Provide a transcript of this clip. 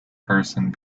person